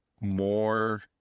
more